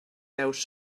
veus